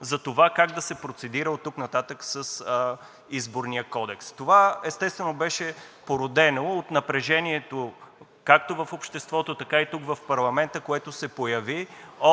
за това как да се процедура оттук нататък с Изборния кодекс. Това, естествено, беше породено от напрежението както в обществото, така и тук, в парламента, което се появи